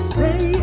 Stay